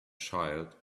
child